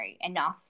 enough